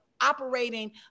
operating